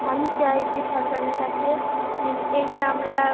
আমি চাই যে সরকারের কাছে এই যে আমরা